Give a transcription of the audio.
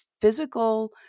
physical